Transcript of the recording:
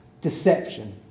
deception